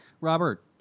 Robert